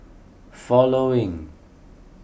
following